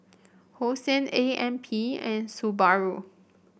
Hosen A M P and Subaru